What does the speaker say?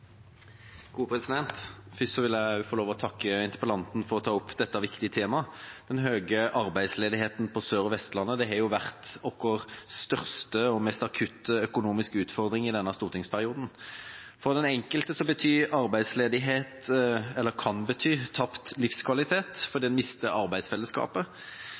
Først vil jeg også få lov å takke interpellanten for å ta opp dette viktige temaet. Den høye arbeidsledigheten på Sør- og Vestlandet har jo vært vår største og mest akutte økonomiske utfordring i denne stortingsperioden. For den enkelte betyr arbeidsledighet – eller kan bety – tapt livskvalitet fordi man mister arbeidsfellesskapet.